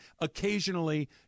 occasionally